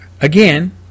Again